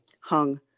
hung